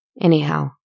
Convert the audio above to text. Anyhow